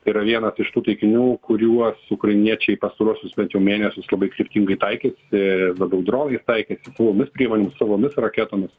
tai yra viena iš tų taikinių kuriuos ukrainiečiai pastaruosius mėnesius labai kryptingai taikė ir labiau dronais taikėsi savomis priemonėmis savomis raketomis